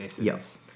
Yes